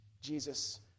Jesus